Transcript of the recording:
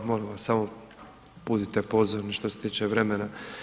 Pa molim vas samo budite pozorni što se tiče vremena.